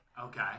Okay